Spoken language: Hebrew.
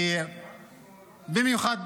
במיוחד